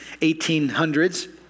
1800s